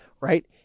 Right